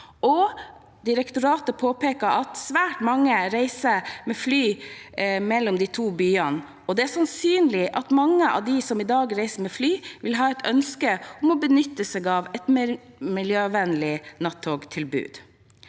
Direktoratet påpeker at svært mange reiser med fly mellom de to byene, og det er sannsynlig at mange av dem som i dag reiser med fly, vil ha et ønske om å benytte seg av et miljøvennlig nattogtilbud.